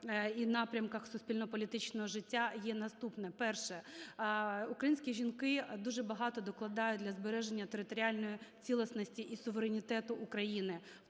і напрямках суспільно-політичного життя є наступні. Перше. Українські жінки дуже багато докладають для збереження територіальної цілісності і суверенітету України.